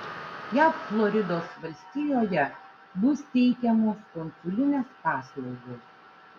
jav floridos valstijoje bus teikiamos konsulinės paslaugos